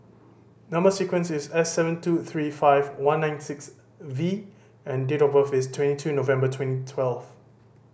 number sequence is S seven two three five one nine six V and date of birth is twenty two November twenty twelve